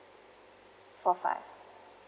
four five